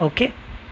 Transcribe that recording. okay